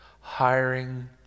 hiring